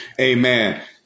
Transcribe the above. Amen